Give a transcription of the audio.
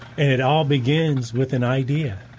and it all begins with an idea